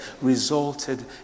resulted